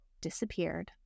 disappeared